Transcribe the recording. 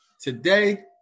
Today